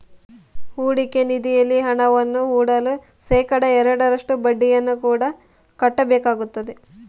ಹೂಡಿಕೆ ನಿಧಿಯಲ್ಲಿ ಹಣವನ್ನು ಹೂಡಲು ಶೇಖಡಾ ಎರಡರಷ್ಟು ಬಡ್ಡಿಯನ್ನು ಕೂಡ ಕಟ್ಟಬೇಕಾಗುತ್ತದೆ